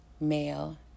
male